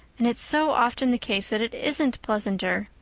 and it's so often the case that it isn't pleasanter.